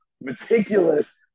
meticulous